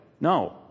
No